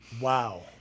Wow